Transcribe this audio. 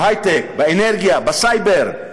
בהיי-טק, באנרגיה, בסייבר,